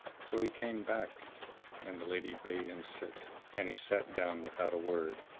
so he came back and the lady bade him sit and he sat down without a word.